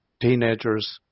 teenagers